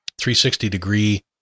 360-degree